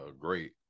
great